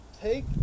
take